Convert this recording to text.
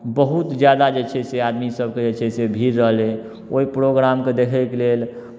बहुत ज्यादा जे छै से आदमीसभके जे छै से भीड़ रहलै ओहि प्रोग्रामके देखयके लेल